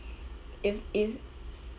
is is